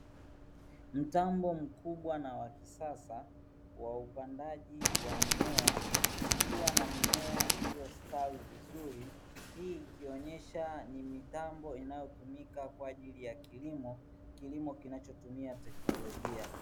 Mtambo mkubwa na wa kisasa wa upandaji wa mimea ukiwa na mimea iliyostawi vizuri. Hii ikionyesha ni mitambo inayotumika kwa ajili ya kilimo; kilimo kinachotumia teknolojia.